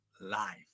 Life